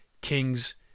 Kings